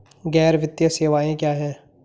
गैर वित्तीय सेवाएं क्या हैं?